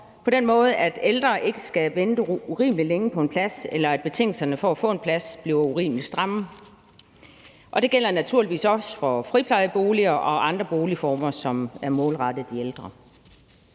på en måde, så ældre ikke skal vente urimelig længe på en plads eller betingelserne for at få en plads bliver urimelig stramme. Det gælder naturligvis også for friplejeboliger og andre boligformer, som er målrettet de ældre.